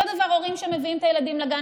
אותו דבר הורים שמביאים את הילדים לגן.